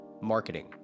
marketing